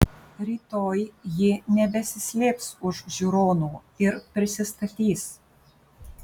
rytoj ji nebesislėps už žiūronų ir prisistatys